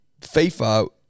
FIFA